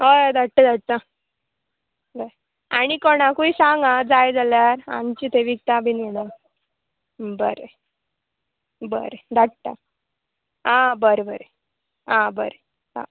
हय हय धाडटा धाडटा बाय आनी कोणाकूय सांग आ जाय जाल्यार आमची थंय विकता बीन मेळो बरें बरें धाडटा आं बरें बरें आं बरें